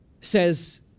says